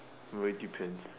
it really depends